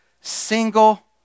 single